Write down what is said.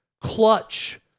clutch